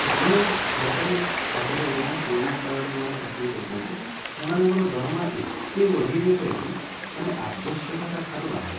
ଯେଉଁ ସରକାରୀ ଚାକିରିଆ ଯେଉଁମାନେ ପୁରୁଣା କାଳରେ ଯେଉଁମାନେ ଚାକିରି କରିଛନ୍ତି ସେମାନଙ୍କର ଦରମା ଏତେ ବଢ଼େଇ ଦିଆଯାଇଛି ମାନେ ଆବଶ୍ୟକତାଠାରୁ ବାହାରେ